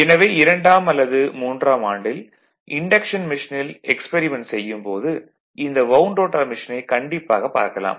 எனவே இரண்டாம் அல்லது மூன்றாம் ஆண்டில் இன்டக்ஷன் மெஷினில் எக்ஸ்பெரிமன்ட் செய்யும் போது இந்த வவுண்டு ரோட்டார் மெஷினை கண்டிப்பாகப் பார்க்கலாம்